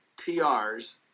TRs